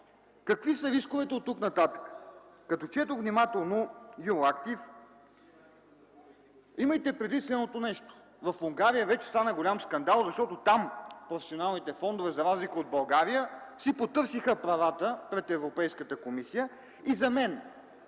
Какви са рисковете оттук нататък? Като четох внимателно „Юроактив”... Имайте предвид следното нещо, в Унгария вече стана голям скандал, защото там професионалните фондове, за разлика от България, си потърсиха правата пред Европейската комисия. За мен